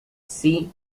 see